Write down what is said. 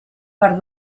per